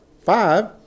five